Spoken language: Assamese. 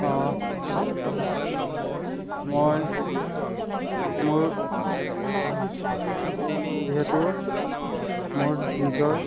মই মোৰ যিহেতু মোৰ নিজৰ